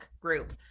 group